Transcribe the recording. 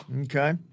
Okay